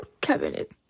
cabinet